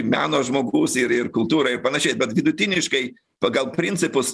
meno žmogus ir ir kultūra ir panašiai bet vidutiniškai pagal principus